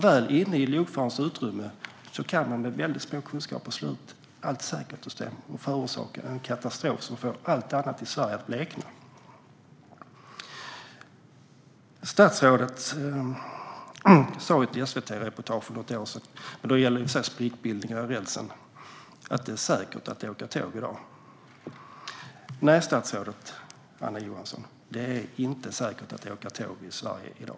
Väl inne i lokförarens utrymme kan man med väldigt små kunskaper slå ut alla säkerhetssystem och förorsaka en katastrof som får allt annat i Sverige att blekna. Statsrådet sa i ett SVT-reportage för något år sedan, då det i och för sig gällde sprickbildningar i rälsen, att det är säkert att åka tåg i dag. Nej, statsrådet Anna Johansson - det är inte säkert att åka tåg i Sverige i dag.